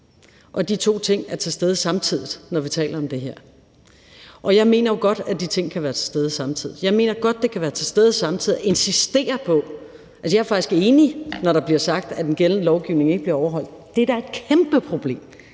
De to ting er til stede samtidig, når vi taler om det her. Jeg mener godt, de ting kan være til stede samtidig. Jeg mener godt, man kan insistere på at undgå begge. Jeg er faktisk enig, når der bliver sagt, at den gældende lovgivning ikke bliver overholdt. Det er da et kæmpeproblem